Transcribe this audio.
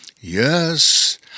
Yes